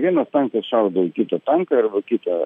vienas tankas šaudo į kitą tanką kitą